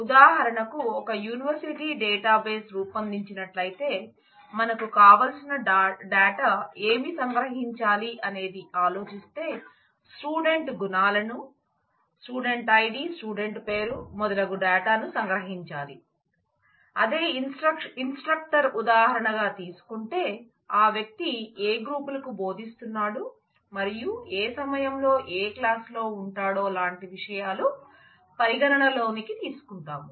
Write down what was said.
ఉదాహరణకు ఒక university database ఉదాహరణగా తీసుకుంటే ఆ వ్యక్తి ఏ గ్రూపులకు భోదిస్తున్నాడు మరియు ఏ సమయంలో ఏ క్లాసులో ఉంటాడో లాంటి విషయాలు పరిగణలోనికి తీసుకుంటాము